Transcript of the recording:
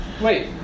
wait